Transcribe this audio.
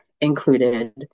included